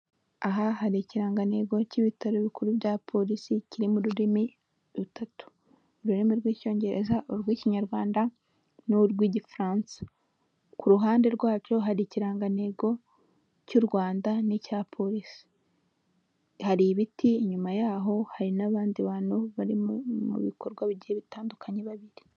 Aha hari ikirangantego cy'ibitaro bikuru bya polisi, kiri mu ururimi rutatu; ururimi rw'Icyongereza, urw'Ikinyarwanda n'urw'Igifaransa, ku ruhande rwacyo hari ikirangantego cy'Urwanda n'icya polisi, hari ibiti inyuma yaho, hari n'abandi bantu bari mu bikorwa bigiye bitandukanye babiri.